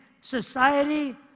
society